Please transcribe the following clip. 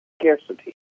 scarcity